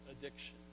addiction